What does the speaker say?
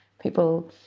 people